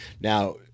Now